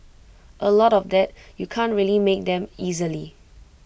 A lot of that you can't really make them easily